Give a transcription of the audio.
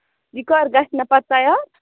یہِ کَر گَژھِ مےٚ پَتہٕ تَیار